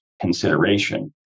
consideration